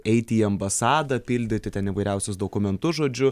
eiti į ambasadą pildyti ten įvairiausius dokumentus žodžiu